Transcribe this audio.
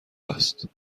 است